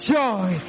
joy